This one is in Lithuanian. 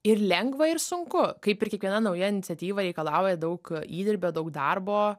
ir lengva ir sunku kaip ir kiekviena nauja iniciatyva reikalauja daug įdirbio daug darbo